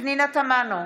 פנינה תמנו,